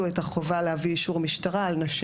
את החובה להביא אישור משטרה על נשים,